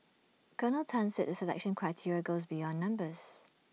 Colonel Tan said the selection criteria goes beyond numbers